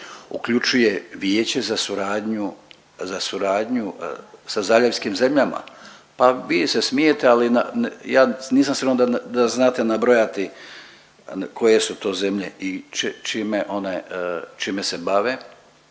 uključuje Vijeće za suradnju, za suradnju sa zaljevskim zemljama. Pa vi se smijete, ali ja nisam siguran da, da znate nabrojati koje su to zemlje i čime one,